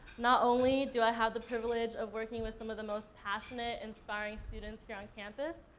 not only do i have the privilege of working with some of the most passionate, inspiring students here on campus,